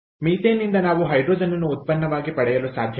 ಮೀಥೇನ್ನಿಂದ ನಾವು ಹೈಡ್ರೋಜನ್ ಅನ್ನು ಉತ್ಪನ್ನವಾಗಿ ಪಡೆಯಲು ಸಾಧ್ಯವಿದೆ